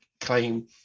claim